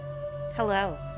Hello